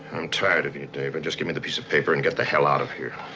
i'm tired of you, david. just give me the piece of paper and get the hell out of here.